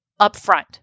upfront